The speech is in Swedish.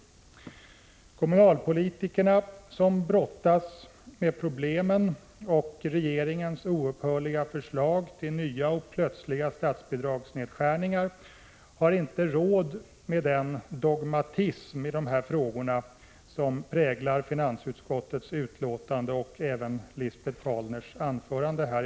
Kommunalpolitikerna, som brottas med regeringens oupphörliga förslag till nya och plötsliga statsbidragsnedskärningar, har inte råd med den dogmatism när det gäller dessa frågor som präglar finansutskottets betänkande och även Lisbet Calners anförande i dag.